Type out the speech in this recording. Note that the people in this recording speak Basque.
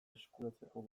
eskuratzeko